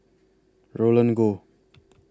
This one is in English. Roland Goh